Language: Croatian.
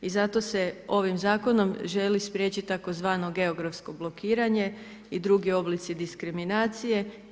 I zato se ovim zakonom želi spriječiti tzv. geografsko blokiranje i drugi oblici diskriminacije.